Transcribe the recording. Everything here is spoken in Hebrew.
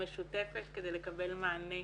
המשותפת כדי לקבל מענה